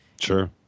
Sure